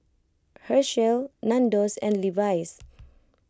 Herschel Nandos and Levi's